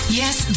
yes